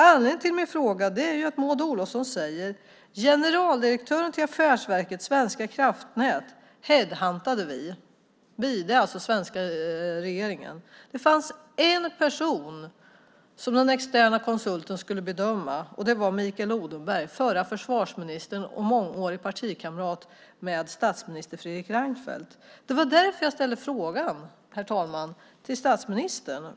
Anledningen till min fråga är ju att Maud Olofsson säger: Generaldirektören till Affärsverket svenska kraftnät headhuntade vi. "Vi" är alltså den svenska regeringen. Det fanns en person som den externa konsulten skulle bedöma. Det var Mikael Odenberg, förre försvarsministern och partikamrat sedan många år med statsminister Fredrik Reinfeldt. Det var därför, herr talman, jag ställde frågan till statsministern.